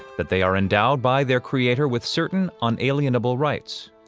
that they are endowed by their creator with certain unalienable rights,